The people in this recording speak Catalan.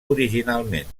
originalment